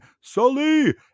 Sully